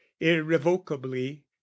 irrevocably